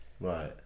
right